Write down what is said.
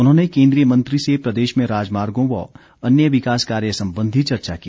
उन्होंने केंद्रीय मंत्री से प्रदेश में राजमार्गों व अन्य विकास कार्य संबंधी चर्चा की